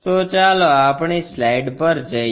તો ચાલો આપણી સ્લાઈડ પર જઈએ